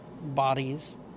bodies